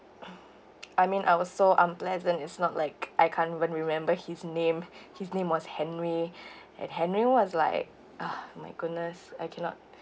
I mean I was so unpleasant it's not like I can't even remember his name his name was henry and henry was like ah my goodness I cannot